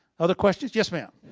other questions? yes, ma'am.